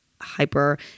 hyper